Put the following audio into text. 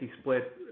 split